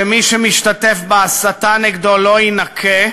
שמי שמשתתף בהסתה נגדו לא יינקה.